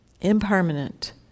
Impermanent